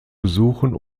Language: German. besuchen